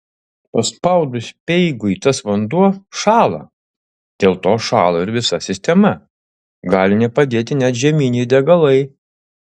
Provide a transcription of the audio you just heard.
paspaudus speigui tas vanduo šąla dėl to šąla ir visa sistema gali nepadėti net žieminiai degalai